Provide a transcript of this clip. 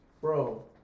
Bro